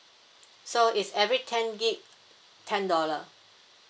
so is every ten gig ten dollar